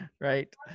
Right